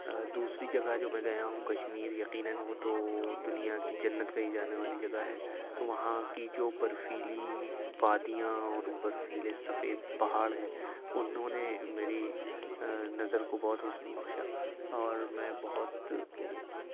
دوسری جگہ جو میں گیا ہوں کشمیر یقیناً وہ تو دنیا کی جنت کہی جانے والی جگہ ہے تو وہاں کی جو برفیلی وادیاں اور برفیلے سفید پہاڑ ہیں انہوں نے میری نظر کو بہت حسن بخشا اور میں بہت